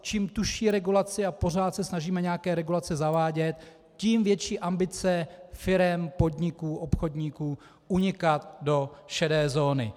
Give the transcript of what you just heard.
Čím tužší regulace, a pořád se snažíme nějaké regulace zavádět, tím větší ambice firem, podniků, obchodníků unikat do šedé zóny.